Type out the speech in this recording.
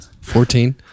Fourteen